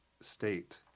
state